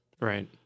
Right